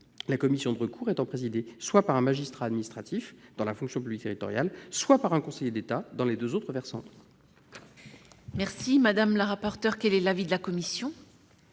la commission de recours étant présidée soit par un magistrat administratif dans la fonction publique territoriale, soit par un conseiller d'État dans les deux autres versants. Quel est l'avis de la commission ?